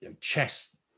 chess